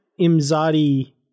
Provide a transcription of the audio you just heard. Imzadi